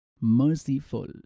merciful